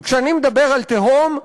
וכשאני מדבר על תהום,